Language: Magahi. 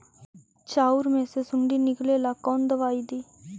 चाउर में से सुंडी निकले ला कौन दवाई दी?